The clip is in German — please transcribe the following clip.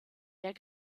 der